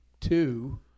two